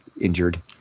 injured